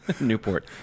Newport